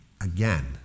again